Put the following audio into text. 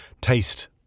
taste